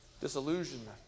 disillusionment